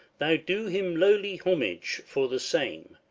thou do him lowly homage for the same.